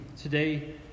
today